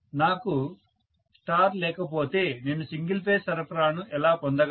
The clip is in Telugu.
నాకు స్టార్ లేకపోతే నేను సింగిల్ ఫేజ్ సరఫరాను ఎలా పొందగలను